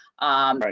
right